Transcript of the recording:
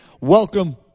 Welcome